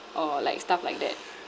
orh like stuff like that